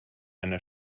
einer